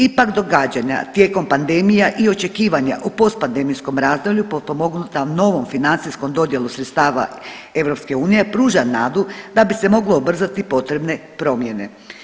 Ipak događanja tijekom pandemija i očekivanja o postpandemijskom razdoblju potpomognuta novom financijsko dodjelom sredstava EU pruža nadu da bi se moglo ubrzati potrebne promjene.